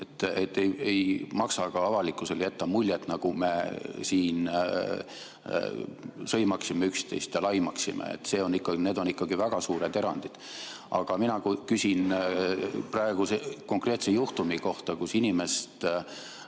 Ei maksa ka avalikkusele jätta muljet, nagu me siin sõimaksime üksteist ja laimaksime, need on ikkagi väga suured erandid. Aga mina küsin praeguse konkreetse juhtumi kohta, kus inimest